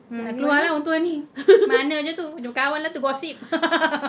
mm nak keluar lah orang tua ni mana jer tu jumpa kawan lah tu gossip